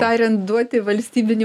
tariant duoti valstybinį